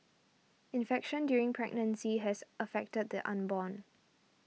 infection during pregnancy has affected the unborn